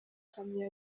kamyo